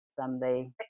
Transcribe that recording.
someday